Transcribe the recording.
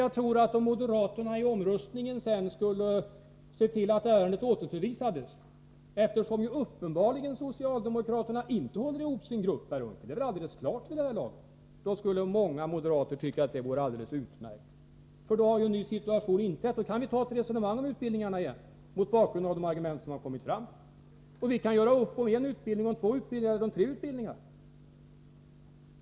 Om moderaterna, Per Unckel, i omröstningen medverkar till att ärendet återförvisas — socialdemokraterna kan uppenbarligen inte hålla ihop sin grupp, vilket väl är helt tydligt vid det här laget — skulle många moderater tycka att det var alldeles utmärkt. Då skulle situationen vara en annan. Då skulle vi återigen, på grundval av de argument som redan finns, få resonera om utbildningarna. Vi kan alltså göra upp om en utbildning eller om två eller tre utbildningar.